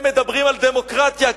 הם מדברים על דמוקרטיה,